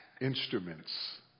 instruments